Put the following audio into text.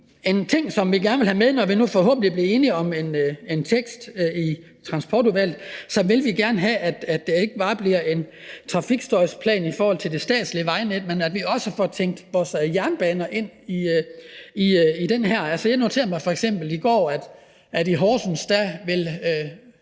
En ting, som vi gerne vil have med, når vi nu forhåbentlig bliver enige om en tekst i Transportudvalget, er, at det ikke bare bliver en trafikstøjsplan i forhold til det statslige vejnet, men at vi også får tænkt vores jernbaner ind i det her. Altså, jeg noterede mig f.eks. i går, at i Horsens vil